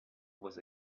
was